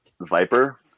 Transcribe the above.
Viper